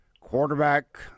quarterback